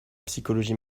psychologie